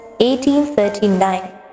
1839